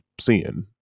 seeing